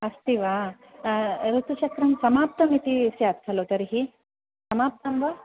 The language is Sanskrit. अस्ति वा ऋतुचक्रं समाप्तम् इति स्यात् खलु तर्हि समाप्तं वा